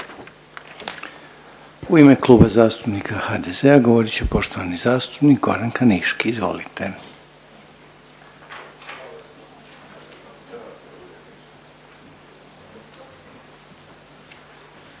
U ime Kluba zastupnika HDZ-a govorit će poštovani zastupnik Goran Kaniški. Izvolite.